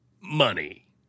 money